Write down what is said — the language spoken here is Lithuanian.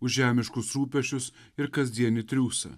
už žemiškus rūpesčius ir kasdienį triūsą